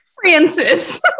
francis